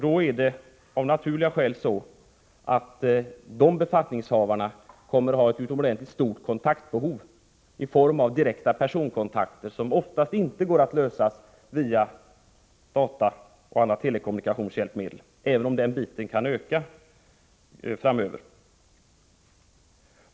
Då kommer av naturliga skäl de befattningshavarna att ha ett utomordentligt stort kontaktbehov i form av direkta personkontakter, som oftast inte kan fås via data och andra telekommunikationshjälpmedel, även om det inslaget kan öka framöver.